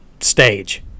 stage